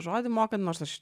žodį mokant nors aš ir